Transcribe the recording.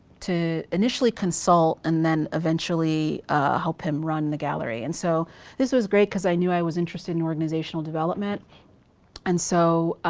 to initially consult and then eventually help him run the gallery. and so this was great cause i knew i was interested in organizational development and so